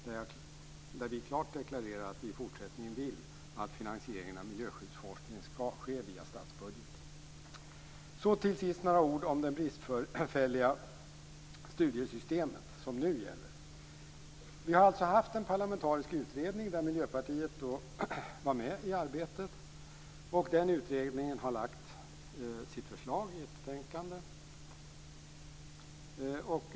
Där deklarerar vi klart att vi i fortsättningen vill att finansieringen av miljöskyddsforskningen skall ske via statsbudgeten. Så till sist några ord om det bristfälliga studiestödssystem som nu gäller. Vi har alltså haft en parlamentarisk utredning där Miljöpartiet var med i arbetet. Den utredningen har lagt fram sitt förslag i ett betänkande.